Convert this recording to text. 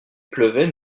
pleuvait